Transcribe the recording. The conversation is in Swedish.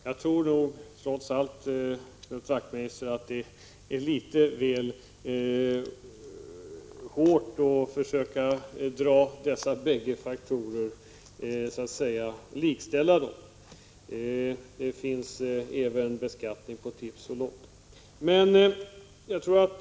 Jag tror trots allt, Knut Wachtmeister, att det är att gå litet väl långt att försöka likställa dessa bägge verksamheter. Det tas dessutom ut skatt även på tips och lotto.